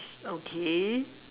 okay